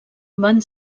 van